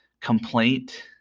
complaint